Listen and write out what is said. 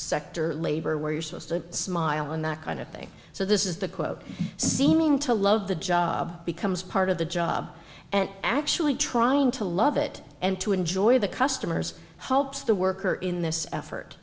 sector labor where you're supposed to smile and that kind of thing so this is the quote seem to love the job becomes part of the job and actually trying to love it and to enjoy the customers helps the worker in this effort